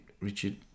Richard